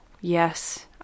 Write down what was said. yes